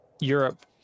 Europe